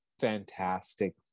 fantastic